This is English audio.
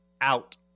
out